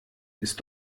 ist